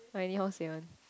I anyhow say one